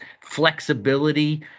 flexibility